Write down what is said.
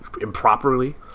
improperly